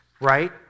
Right